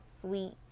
sweet